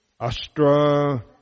astra